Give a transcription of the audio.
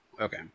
Okay